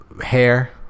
hair